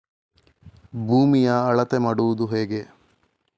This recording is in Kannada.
ಭೂಮಿಯ ಅಳತೆ ಮಾಡುವುದು ಹೇಗೆ?